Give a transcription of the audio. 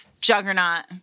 juggernaut